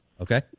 okay